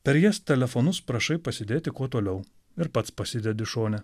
per jas telefonus prašai pasidėti kuo toliau ir pats pasidedi šone